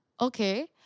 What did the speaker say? okay